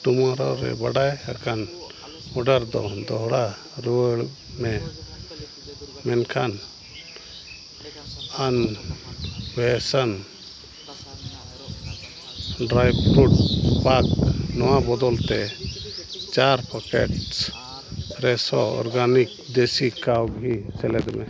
ᱴᱩᱢᱳᱨᱳ ᱨᱮ ᱵᱟᱰᱟᱭ ᱟᱠᱟᱱ ᱚᱰᱟᱨ ᱫᱚ ᱫᱚᱦᱲᱟ ᱨᱩᱣᱟᱹᱲ ᱢᱮ ᱢᱮᱱᱠᱷᱟᱱ ᱟᱱᱵᱷᱮᱥᱚᱱ ᱰᱨᱟᱭ ᱯᱷᱨᱩᱴ ᱯᱟᱠ ᱱᱚᱣᱟ ᱵᱚᱫᱚᱞᱛᱮ ᱪᱟᱨ packets Fresho organic desi cow ghee ᱥᱮᱞᱮᱫᱽ ᱢᱮ